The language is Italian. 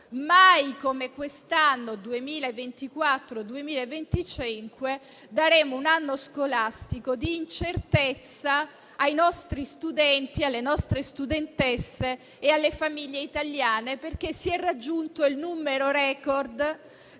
mai come quest'anno (2024-2025) daremo un anno scolastico di incertezza ai nostri studenti, alle nostre studentesse e alle famiglie italiane, perché si è raggiunto il numero *record*